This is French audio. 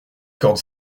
corde